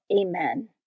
Amen